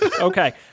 Okay